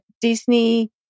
Disney